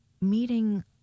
meeting